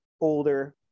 older